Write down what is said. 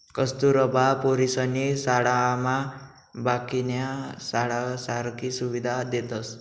कस्तुरबा पोरीसनी शाळामा बाकीन्या शाळासारखी सुविधा देतस